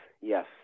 Yes